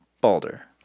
Balder